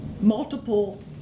multiple